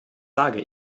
sage